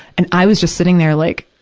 and i was just sitting there, like,